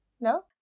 No